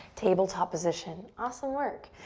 tabletop position. awesome work.